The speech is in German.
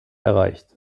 erreicht